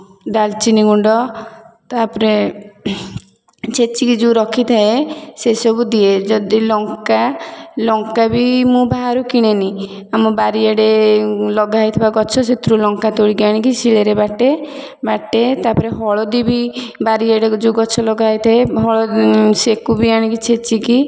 ଡାଲଚିନି ଗୁଣ୍ଡ ତା'ପରେ ଛେଚିକି ଯେଉଁ ରଖିଥାଏ ସେ ସବୁ ଦିଏ ଯଦି ଲଙ୍କା ଲଙ୍କା ବି ମୁଁ ବାହାରୁ କିଣେନି ଆମ ବାରିଆଡ଼େ ଲଗାହେଇଥିବା ଗଛ ସେଥିରୁ ଲଙ୍କା ତୋଳିକି ଆଣିକି ଶିଳରେ ବାଟେ ବାଟେ ତା'ପରେ ହଳଦି ବି ବାରିଆଡେ ଯେଉଁ ଗଛ ଲଗା ହେଇଥାଏ ସେକୁ ବି ଆଣିକି ଛେଚିକି